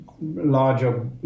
larger